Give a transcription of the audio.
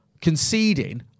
conceding